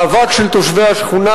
מאבק של תושבי השכונה.